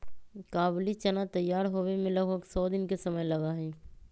काबुली चना तैयार होवे में लगभग सौ दिन के समय लगा हई